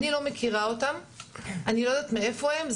אני לא מכירה אותם, אני לא יודעת מאיפה הם.